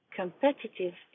competitive